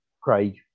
Craig